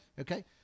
Okay